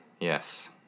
Yes